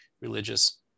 religious